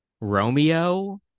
Romeo